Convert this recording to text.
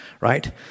right